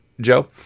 Joe